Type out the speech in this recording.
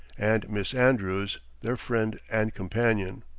and miss andrews, their friend and companion.